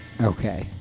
Okay